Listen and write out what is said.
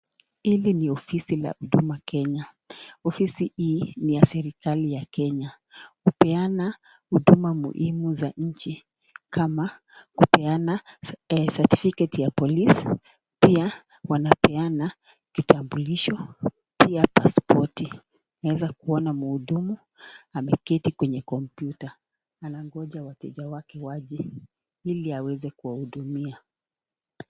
Hili ni ofisi la Huduma Kenya .Ofisi hii ni ya serikali ya Kenya . Upeana huduma muhimu za nchi kama, kupeana certificate ya polisi . Pia huwa wanapeana kitambulisho , pia passport wanaeza kuwa na mhudumu ameketi kwenye kompyuta anagoja wateja wake waje hili aweze kuwahudumia.